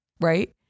right